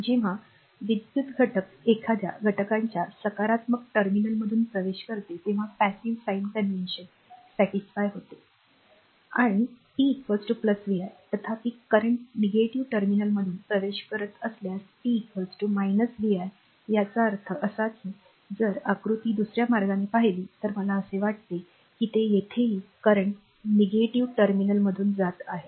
जेव्हा विद्युत् घटक एखाद्या घटकाच्या सकारात्मक टर्मिनलमधून प्रवेश करते तेव्हा passive sign conventionनिष्क्रीय चिन्ह satisfied समाधानी होते आणि p vi तथापि करंट negativeनकारात्मक टर्मिनलमधून प्रवेश करत असल्यास p vi याचा अर्थ असा की जर आकृती दुसर्या मार्गाने पाहिली तर मला असे वाटते की ते येथेही current negativeनकारात्मक टर्मिनलमधून जात आहे